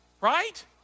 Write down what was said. right